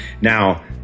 now